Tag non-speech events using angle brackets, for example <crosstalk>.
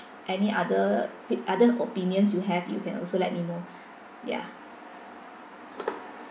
any other <noise> other opinions you have you can also let me know ya